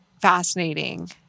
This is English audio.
fascinating